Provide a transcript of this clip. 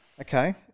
Okay